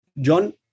John